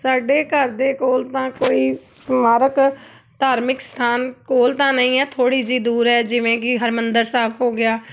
ਸਾਡੇ ਘਰ ਦੇ ਕੋਲ ਤਾਂ ਕੋਈ ਸਮਾਰਕ ਧਾਰਮਿਕ ਸਥਾਨ ਕੋਲ ਤਾਂ ਨਹੀਂ ਹੈ ਥੋੜ੍ਹੀ ਜਿਹੀ ਦੂਰ ਹੈ ਜਿਵੇਂ ਕਿ ਹਰਿਮੰਦਰ ਸਾਹਿਬ ਹੋ ਗਿਆ